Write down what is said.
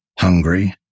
hungry